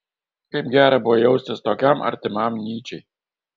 kaip gera buvo jaustis tokiam artimam nyčei